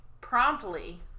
promptly